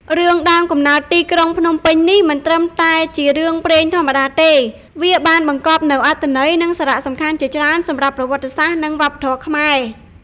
រឿង "ដើមកំណើតទីក្រុងភ្នំពេញ" នេះមិនត្រឹមតែជារឿងព្រេងធម្មតាទេ វាបានបង្កប់នូវអត្ថន័យ និងសារៈសំខាន់ជាច្រើនសម្រាប់ប្រវត្តិសាស្ត្រ និងវប្បធម៌ខ្មែរ។